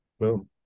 boom